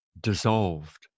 dissolved